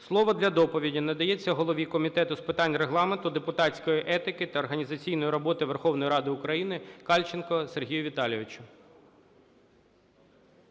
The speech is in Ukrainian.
Слово для доповіді надається голові Комітету з питань Регламенту, депутатської етики та організаційної роботи Верховної Ради України Кальченку Сергію Віталійовичу.